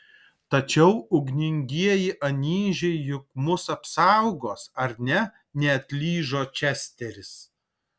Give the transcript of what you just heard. tačiau ugningieji anyžiai juk mus apsaugos ar ne neatlyžo česteris